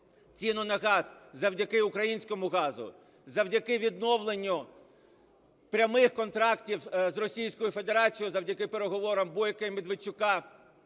ціну на газ завдяки українському газу, завдяки відновленню прямих контрактів з Російської Федерацією, завдяки переговорам Бойка і Медведчука